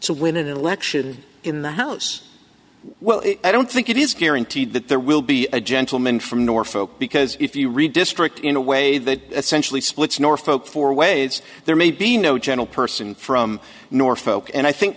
so when an election in the house well i don't think it is guaranteed that there will be a gentleman from norfolk because if you read district in a way that essentially splits north folk for ways there may be no gentle person from norfolk and i think